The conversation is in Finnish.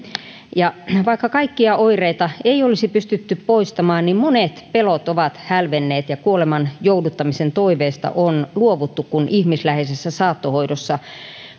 ja vaikka kaikkia oireita ei olisi pystytty poistamaan monet pelot ovat hälvenneet ja kuoleman jouduttamisen toiveesta on luovuttu kun ihmisläheisessä saattohoidossa